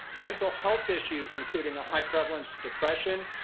mental health issues including a high prevalence of depression,